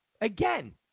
Again